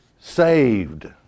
saved